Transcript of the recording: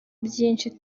byinshi